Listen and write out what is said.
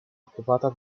occupata